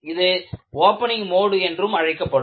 இது opening mode என்றும் அழைக்கப்படும்